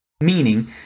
Meaning